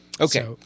Okay